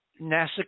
NASA